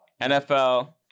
NFL